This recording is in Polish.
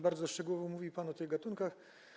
Bardzo szczegółowo mówił pan o tych gatunkach.